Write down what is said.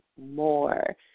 more